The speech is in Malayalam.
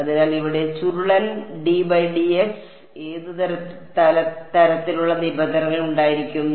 അതിനാൽ ഇവിടെ ചുരുളൻ ഏത് തരത്തിലുള്ള നിബന്ധനകൾ ഉണ്ടായിരിക്കും